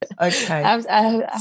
Okay